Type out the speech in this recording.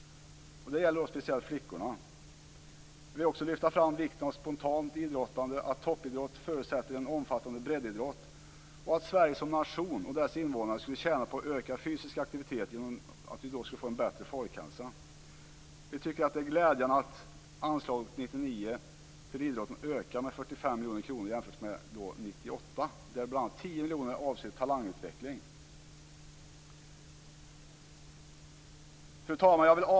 Det gäller speciellt flickorna. Vi vill också lyfta fram vikten av spontant idrottande, att toppidrott förutsätter en omfattande breddidrott samt att Sverige som nation och dess invånare skulle tjäna på ökad fysisk aktivitet genom att vi då skulle få en bättre folkhälsa. Vi tycker att det är glädjande att anslaget 1999 till idrotten ökar med 45 miljoner kronor jämfört med 1998, där bl.a. 10 miljoner avser talangutveckling. Fru talman!